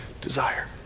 desire